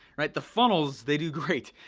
the funnels, they do great.